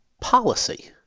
policy